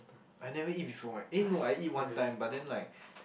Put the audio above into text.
I never eat before eh eh no I eat one time but then like